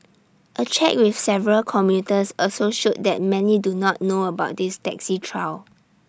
A check with several commuters also showed that many do not know about this taxi trial